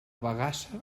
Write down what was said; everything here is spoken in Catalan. bagassa